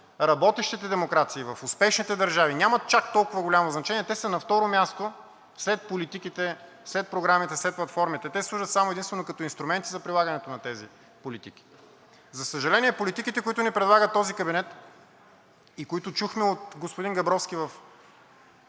работещите демокрации, в успешните държави нямат чак толкова голямо значение, те са на второ място след политиките, след програмите, след платформите. Те служат само и единствено като инструменти за прилагането на тези политики. За съжаление, политиките, които ни предлага този кабинет и които чухме от господин Габровски в